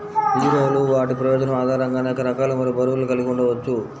హీరోలు వాటి ప్రయోజనం ఆధారంగా అనేక రకాలు మరియు బరువులు కలిగి ఉండవచ్చు